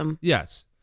Yes